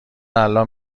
الان